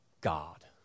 God